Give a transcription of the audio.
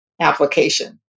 application